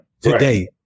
today